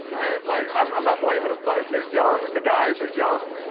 and like i'm um not blaming em but they're young, the guys are young,